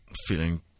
feeling